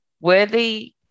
worthy